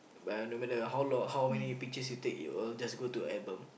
but no matter how long how many pictures you take it will just go to album